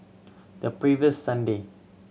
the previous Sunday